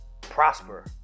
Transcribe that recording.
prosper